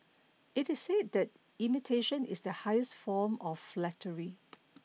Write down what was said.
it is said that imitation is the highest form of flattery